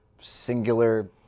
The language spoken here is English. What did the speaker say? singular